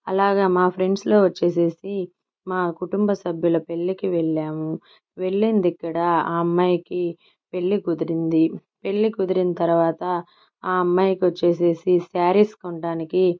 అలాగా మా ఫ్రెండ్సులో వచ్చేచేసి మా కుటుంబ సభ్యుల పెళ్ళికి వెళ్ళాము వెళ్ళింది అక్కడ ఆ అమ్మాయికి పెళ్లి కుదిరింది పెళ్లి కుదిరిన తర్వాత ఆ అమ్మాయికి వచ్చేసేసి శారీస్ కొనడానికి